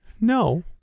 No